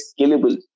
scalable